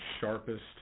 sharpest